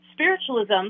Spiritualism